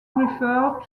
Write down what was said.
refer